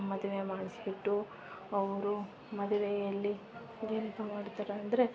ಮದುವೆ ಮಾಡಿಸ್ಬಿಟ್ಟು ಅವರು ಮದುವೆಯಲ್ಲಿ ಏನಪ್ಪ ಮಾಡ್ತಾರಂದ್ರೆ